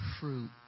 fruit